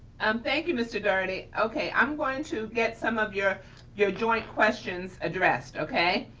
um thank you, mr. doherty. okay, i'm going to get some of your your joint questions addressed, okay?